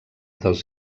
dels